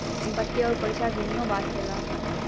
संपत्ति अउर पइसा दुन्नो बात होला